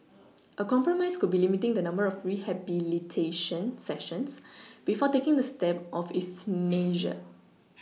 a compromise could be limiting the number of rehabilitation sessions before taking the step of euthanasia